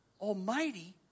Almighty